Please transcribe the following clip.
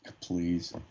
Please